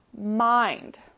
mind